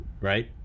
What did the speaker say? right